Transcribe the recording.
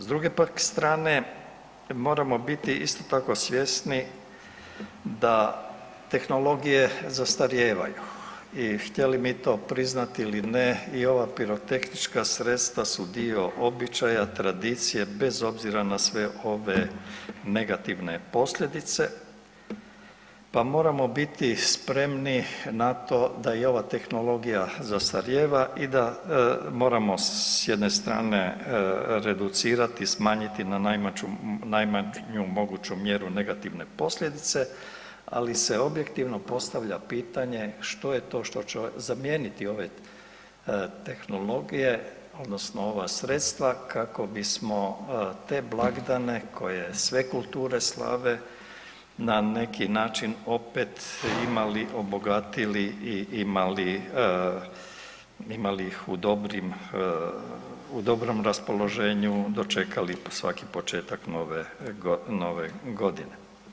S druge pak strane moramo biti isto tako svjesni da tehnologije zastarijevaju i htjeli mi to priznati ili ne i ova pirotehnička sredstva su dio običaja, tradicije bez obzira na sve ove negativne posljedice, pa moramo biti spremni na to da i ova tehnologija zastarijeva i da moramo s jedne strane reducirati i smanjiti na najmanju moguću mjeru negativne posljedice, ali se objektivno postavlja pitanje što je to što će zamijeniti ove tehnologije odnosno ova sredstva kako bismo te blagdane koje sve kulture slave na neki način opet imali, obogatili i imali, imali ih u dobrim, u dobrom raspoloženju dočekali svaki početak Nove, Nove Godine.